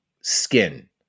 skin